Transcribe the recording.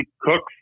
cooks